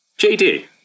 JD